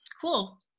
Cool